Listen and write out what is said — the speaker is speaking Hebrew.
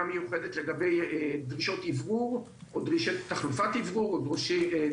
מיוחדת לגבי דרישות אוורור או תחלופת אוורור.